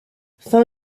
fin